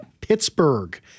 Pittsburgh